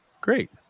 great